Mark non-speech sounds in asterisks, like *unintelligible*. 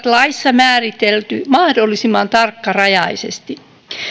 *unintelligible* laissa määritelty mahdollisimman tarkkarajaisesti